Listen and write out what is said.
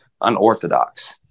unorthodox